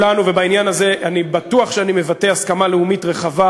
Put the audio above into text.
ובעניין הזה אני בטוח שאני מבטא הסכמה לאומית רחבה,